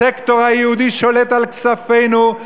הסקטור היהודי שולט על כספינו,